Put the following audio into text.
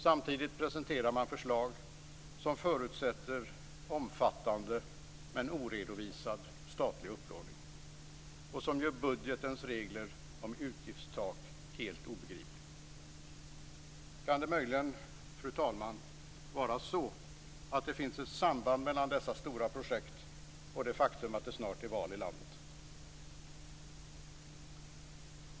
Samtidigt presenterar man förslag som förutsätter en omfattande, men oredovisad, statlig upplåning och som gör budgetens regel om utgiftstak helt obegriplig. Kan det möjligen, fru talman, vara så att det finns ett samband mellan dessa stora projekt och det faktum att det snart är val i landet.